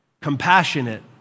compassionate